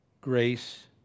grace